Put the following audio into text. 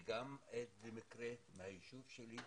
הייתי עד גם למקרה מהיישוב שלי,